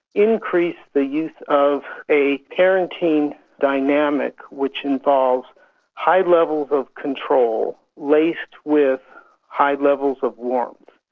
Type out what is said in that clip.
increase the use of a parenting dynamic which involves high levels of control laced with high levels of warmth.